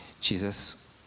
Jesus